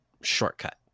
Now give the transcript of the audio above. shortcut